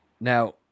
Now